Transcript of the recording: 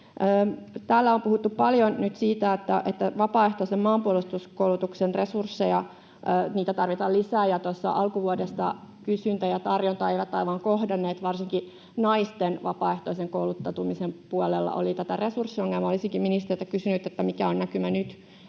Täällä on puhuttu paljon nyt siitä, että vapaaehtoisen maanpuolustuskoulutuksen resursseja tarvitaan lisää. Tuossa alkuvuodesta kysyntä ja tarjonta eivät aivan kohdanneet. Varsinkin naisten vapaaehtoisen kouluttautumisen puolella oli tätä resurssiongelmaa. Olisinkin ministeriltä kysynyt: Mikä on näkymä nyt?